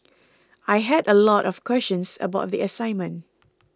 I had a lot of questions about the assignment